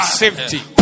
safety